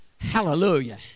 Hallelujah